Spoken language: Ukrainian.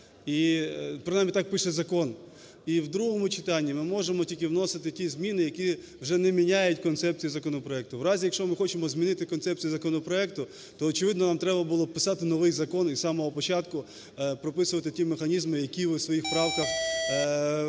І в другому читанні ми можемо тільки вносити ті зміни, які вже не міняють концепцію законопроекту. В разі, якщо ми хочемо змінити концепцію законопроекту, то очевидно нам треба було б писати новий закон і з самого початку прописувати ті механізми, які ви в своїх правках запропонували.